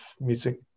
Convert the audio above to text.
music